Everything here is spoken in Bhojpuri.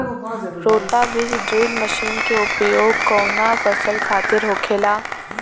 रोटा बिज ड्रिल मशीन के उपयोग कऊना फसल खातिर होखेला?